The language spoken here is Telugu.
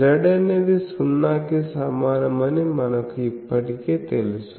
z అనేది 0 కి సమానమని మనకు ఇప్పటికే తెలుసు